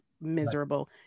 miserable